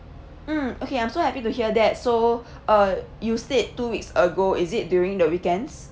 mm okay I'm so happy to hear that so uh you said two weeks ago is it during the weekends